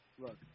look